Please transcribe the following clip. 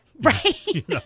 Right